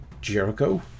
Jericho